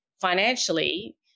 financially